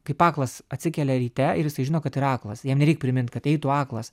kaip aklas atsikelia ryte ir jisai žino kad yra aklas jam nereik primint kad ei tu aklas